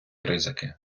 ризики